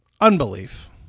unbelief